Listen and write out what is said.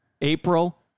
April